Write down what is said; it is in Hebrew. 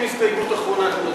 90 הסתייגות אחרונה,